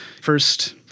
first